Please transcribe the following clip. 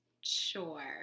Sure